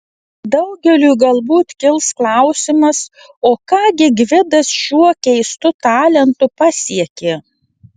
daugeliui galbūt kils klausimas o ką gi gvidas šiuo keistu talentu pasiekė